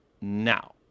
now